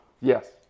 Yes